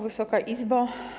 Wysoka Izbo!